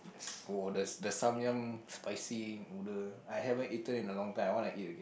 oh the the Samyang spicy noodle I haven't eaten in a long time I want to eat again